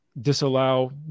disallow